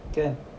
can